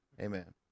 Amen